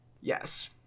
Yes